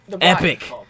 Epic